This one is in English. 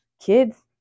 Kids